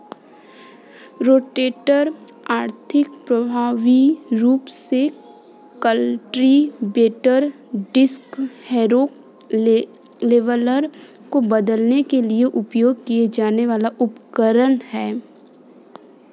rotator आर्थिक, प्रभावी रूप से कल्टीवेटर, डिस्क हैरो, लेवलर को बदलने के लिए उपयोग किया जाने वाला उपकरण है